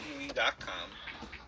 WWE.com